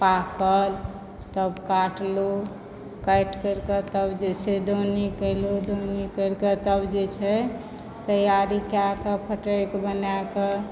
पाकल तब काटल काटि कोरिके तब जे छै दौनी कयलहुँ दौनी करिके तब जे छै तैयारी कए कऽ फटकि कए बना कए